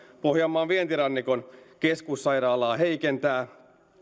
pohjanmaan vientirannikon keskussairaalaa heikentää